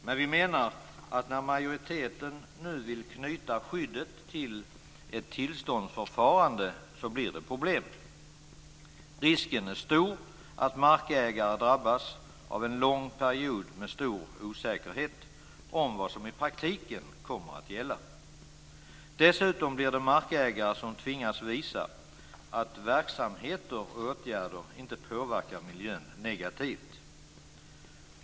Men vi menar att när majoriteten nu vill knyta skyddet till ett tillståndsförfarande blir det problem. Risken är stor att markägare drabbas av en lång period med stor osäkerhet om vad som i praktiken kommer att gälla. Dessutom blir det markägaren som tvingas visa att verksamheter och åtgärder inte påverkar miljön negativt.